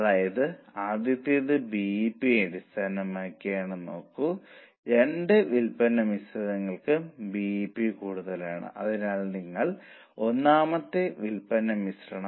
അതിനാൽ എല്ലാ കക്ഷികളും സന്തുഷ്ടരാണ് തീർച്ചയായും ഒരാൾ കൃത്യമായി നിർവ്വഹണം നടത്തേണ്ടതുണ്ട് ഉൽപ്പാദനക്ഷമത വർദ്ധിക്കുന്നുവെന്ന് ഉറപ്പാക്കാൻ സമയം വെട്ടിക്കുറയ്ക്കുന്നു